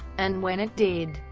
and when it did,